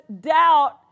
doubt